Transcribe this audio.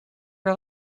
her